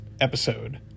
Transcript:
episode